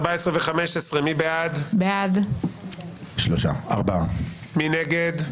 הצבעה בעד, 4 נגד,